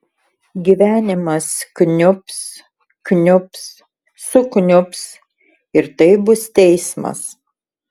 gyvenimas kniubs kniubs sukniubs ir tai bus teismas